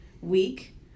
week